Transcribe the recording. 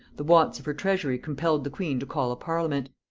the wants of her treasury compelled the queen to call a parliament.